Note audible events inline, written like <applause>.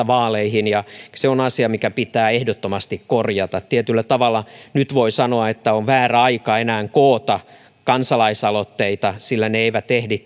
<unintelligible> vaaleihin ja se on asia mikä pitää ehdottomasti korjata tietyllä tavalla nyt voi sanoa että on väärä aika enää koota kansalaisaloitteita sillä ne eivät ehdi <unintelligible>